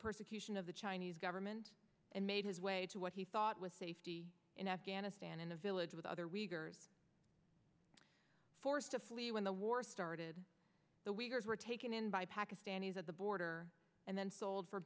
persecution of the chinese government and made his way to what he thought was safety in afghanistan in a village with other leaders forced to flee when the war started the waiters were taken in by pakistanis at the border and then sold for